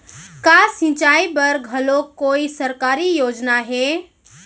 का सिंचाई बर घलो कोई सरकारी योजना हे?